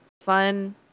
fun